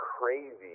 crazy